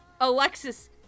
Alexis